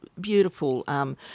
beautiful –